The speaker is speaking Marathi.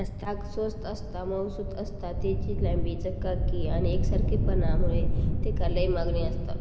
ताग स्वस्त आसता, मऊसुद आसता, तेची लांबी, चकाकी आणि एकसारखेपणा मुळे तेका लय मागणी आसता